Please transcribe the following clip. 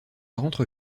rentre